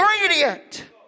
ingredient